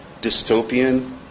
dystopian